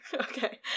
okay